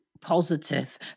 positive